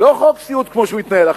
לא חוק סיעוד כמו שמתנהל עכשיו,